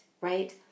right